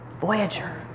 Voyager